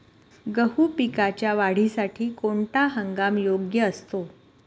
गहू पिकाच्या वाढीसाठी कोणता हंगाम योग्य असतो?